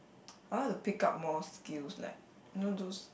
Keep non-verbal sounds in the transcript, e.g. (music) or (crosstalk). (noise) I like to pick up more skills leh you know those